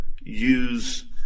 use